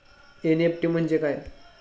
NEFT म्हणजे काय?